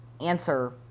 answer